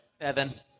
Evan